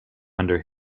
under